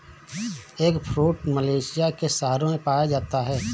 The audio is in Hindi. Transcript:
एगफ्रूट मलेशिया के शहरों में पाया जाता है